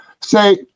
say